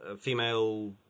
female